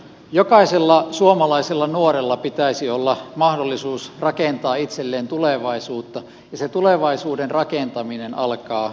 jokaisella suomalaisella nuorella pitäisi olla mahdollisuus rakentaa itselleen tulevaisuutta ja se tulevaisuuden rakentaminen alkaa koulutuksesta